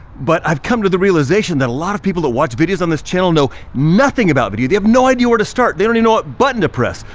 but i've come to the realization that a lot of people that watch videos on this channel know nothing about video. they have no idea where to start, they don't even know what button to press.